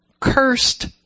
cursed